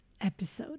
episode